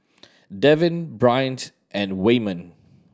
Devyn Bryant and Waymon